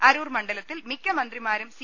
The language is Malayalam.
അരൂർ മണ്ഡലത്തിൽ മിക്ക മന്ത്രിമാരും സി